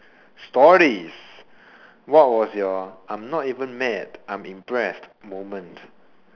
stories what was your I'm not even mad I'm impressed moment